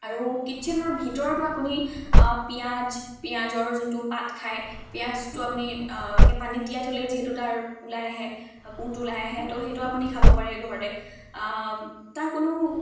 আৰু কিটচেনৰ ভিতৰতো আপুনি পিঁয়াজ পিঁয়াজৰ যোনটো পাত খায় পিঁয়াজটো আপুনি এনেকৈ পানীত তিয়াই থ'লে যিহেতু তাৰ ওলাই আহে কুঁহটো ওলাই আহে তো সেইটো আপুনি খাব পাৰে ঘৰতে তাৰ কোনো